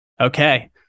Okay